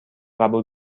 قبول